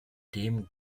dem